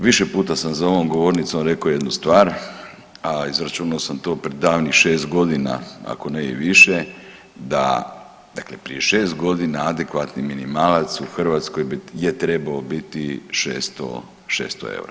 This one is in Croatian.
Više puta sam za ovom govornicom rekao jednu stvar, a izračunao sam to pred davnih 6 godina ako ne i više da, dakle prije 6 godina adekvatni minimalac u Hrvatskoj je trebao biti 600, 600 EUR-a.